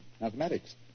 Mathematics